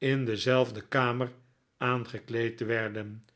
in dezelfde kamer aangekleed werden